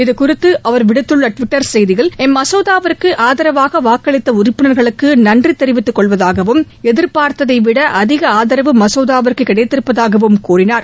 இதுகுறித்து அவர் விடுத்துள்ள ட்விட்டர் செய்தியில் இம்மசோதாவுக்கு ஆதரவாக வாக்களித்த உறப்பினர்களுக்கு நன்றி தெரிவித்துக் கொள்வதாகவும் எதிர்பார்த்ததை விட அதிக ஆதரவு மசோதாவுக்கு கிடைத்திருப்பதாகவும் கூறினார்